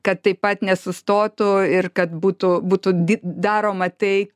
kad taip pat nesustotų ir kad būtų būtų di daroma tai